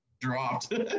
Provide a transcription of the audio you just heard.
dropped